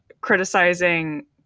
criticizing